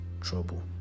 trouble